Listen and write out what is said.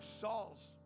Saul's